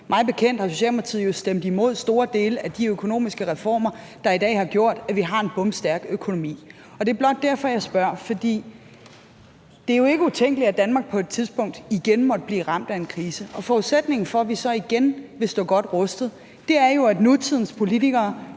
Mig bekendt har Socialdemokratiet jo stemt imod store dele af de økonomiske reformer, der har gjort, at vi i dag har en bomstærk økonomi. Det er blot derfor, jeg spørger. For det er jo ikke utænkeligt, at Danmark på et tidspunkt igen måtte blive ramt af en krise, og forudsætningen for, at vi så igen vil stå godt rustet, er jo, at nutidens politikere